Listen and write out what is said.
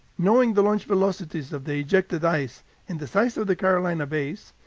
knowing the launch velocities of the ejected ice and the size of the carolina bays,